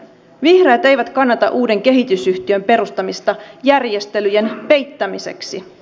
vihreät eivät kannata uuden kehitysyhtiön perustamista järjestelyjen peittämiseksi